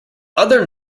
other